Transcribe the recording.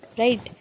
right